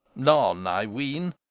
none, i ween,